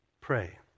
pray